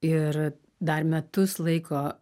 ir dar metus laiko